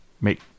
make